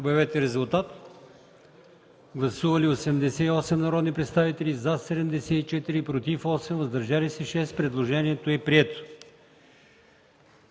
която гласувахме. Гласували 81 народни представители: за 69, против 9, въздържали се 3. Предложението е прието.